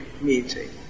meeting